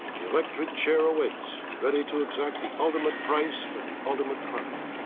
the electric chair awaits, ready to exact the ultimate price for the ultimate crime.